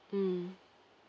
mm